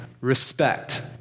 Respect